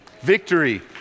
Victory